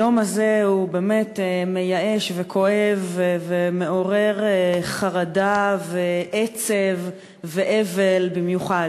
היום הזה הוא באמת מייאש וכואב ומעורר חרדה ועצב ואבל במיוחד.